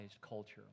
culture